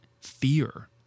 fear